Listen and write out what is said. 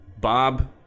Bob